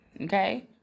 okay